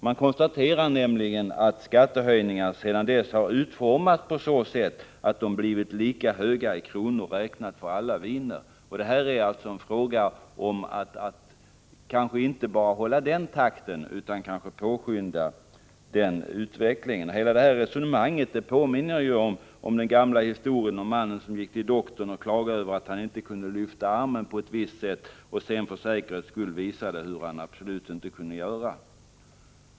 Man konstaterar nämligen att skattehöjningarna under denna tid har utformats på ett sådant sätt att de blivit lika höga i kronor räknat för alla viner. Det är kanske fråga om att inte bara hålla denna takt utan påskynda utvecklingen. Hela detta resonemang påminner om den gamla historien om mannen som gick till doktorn och klagade över att han inte kunde lyfta armen på ett visst sätt och sedan för säkerhets skull visade hur han absolut inte kunde göra.